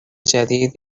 جدید